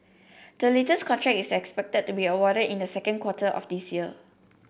the latest contract is expected to be awarded in the second quarter of this year